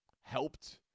Helped